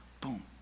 boom